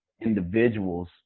individuals